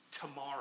Tomorrow